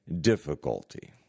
difficulty